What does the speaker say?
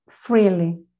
freely